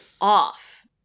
off